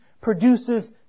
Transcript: produces